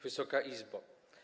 Wysoka Izbo!